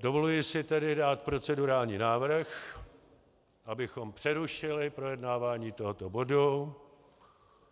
Dovoluji si tedy dát procedurální návrh, abychom přerušili projednávání tohoto bodu